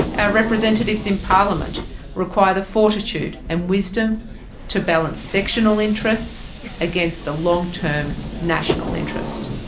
our representatives in parliament require the fortitude and wisdom to balance sectional interests against the long-term national interest,